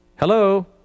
Hello